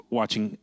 watching